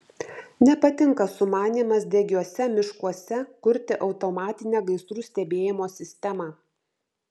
nepatinka sumanymas degiuose miškuose kurti automatinę gaisrų stebėjimo sistemą